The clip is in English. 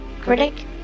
critic